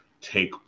take